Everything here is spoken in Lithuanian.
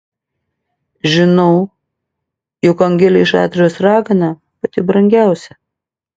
žinau jog angelei šatrijos ragana pati brangiausia